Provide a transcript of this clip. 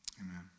amen